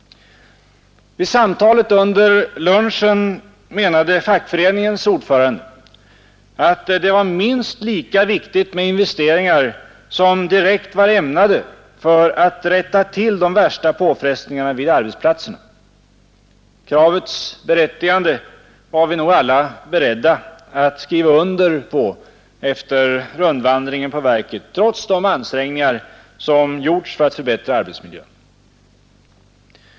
Vid samtalet under lunchen menade fackföreningens ordförande att det var minst lika viktigt med investeringar som direkt var ämnade för att rätta till de värsta påfrestningarna vid arbetsplatserna — kravets berättigande var vi nog alla beredda att skriva under på efter rundvandringen på verket trots de ansträngningar som gjorts för att förbättra arbetsmiljön.